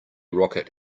rocket